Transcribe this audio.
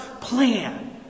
plan